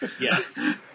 Yes